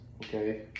Okay